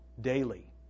daily